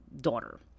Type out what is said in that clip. daughter